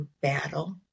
battle